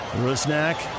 Rusnak